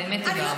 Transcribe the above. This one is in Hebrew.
באמת תודה רבה.